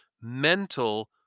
mental